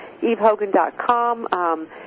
EveHogan.com